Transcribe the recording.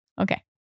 Okay